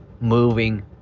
moving